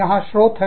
यहां स्रोत हैं